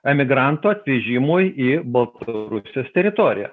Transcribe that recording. emigrantų atvežimui į baltarusijos teritoriją